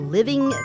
Living